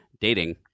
dating